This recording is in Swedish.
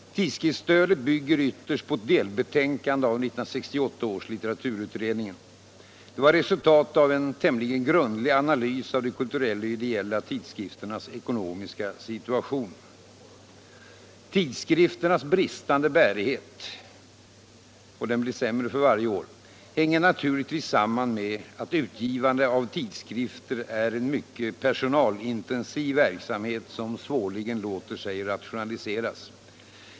Tidskriftsstödet bygger ytterst på ett delbetänkande av 1968 års litteraturutredning. Det var resultatet av en tämligen grundlig analys av de kulturella och ideella tidskrifternas ekonomiska situation. Tidskrifternas bristande bärighet — och den blir sämre för varje år — hänger naturligtvis samman med att utgivande av tidskrifter är en mycket personalintensiv verksamhet som svårligen låter sig rationaliseras.